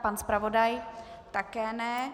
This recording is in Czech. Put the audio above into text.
Pan zpravodaj také ne.